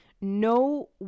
No